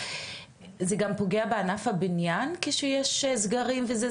זה גם פוגע בענף הבניין כשיש סגרים וזה,